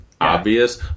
obvious